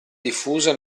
diffusa